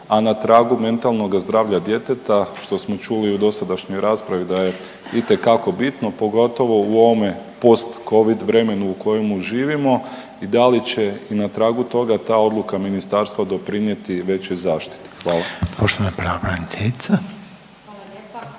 a na tragu mentalnoga zdravlja djeteta što smo čuli u dosadašnjoj raspravi da je itekako bitno pogotovo u ovome post covid vremenu u kojemu živimo i da li će i na tragu toga ta odluka ministarstva doprinijeti većoj zaštiti. Hvala.